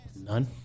None